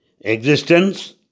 existence